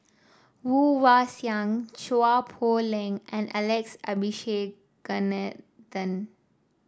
Woon Wah Siang Chua Poh Leng and Alex Abisheganaden